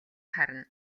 харна